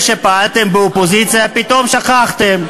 זה שפעלתם באופוזיציה, פתאום שכחתם.